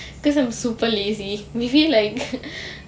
because I'm super lazy maybe like